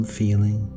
feeling